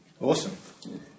awesome